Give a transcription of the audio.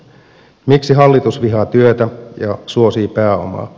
miksi hallitus vihaa työtä ja suosii pääomaa